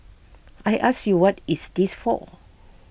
I ask you what is this for